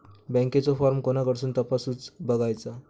बँकेचो फार्म कोणाकडसून तपासूच बगायचा?